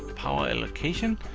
power allocation.